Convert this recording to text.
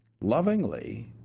lovingly